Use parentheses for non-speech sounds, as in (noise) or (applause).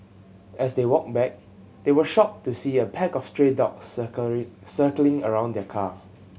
as they walked back they were shocked to see a pack of stray dogs (unintelligible) circling around their car